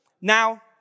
Now